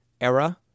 era